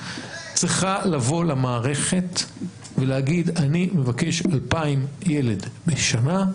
צריכה לבוא למערכת ולהגיד שהיא מבקשת 2,000 ילד בשנה,